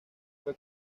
fue